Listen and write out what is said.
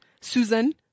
Susan